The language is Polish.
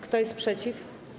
Kto jest przeciw?